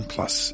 Plus